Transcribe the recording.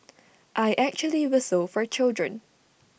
I actually whistle for children